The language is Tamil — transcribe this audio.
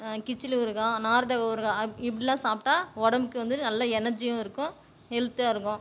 கிச்சிலி ஊறுகாய் நார்த்தங்க ஊறுகாய் இப்படிலாம் சாப்பிட்டா உடம்புக்கு வந்து நல்ல எனர்ஜியும் இருக்கும் ஹெல்த்தாக இருக்கும்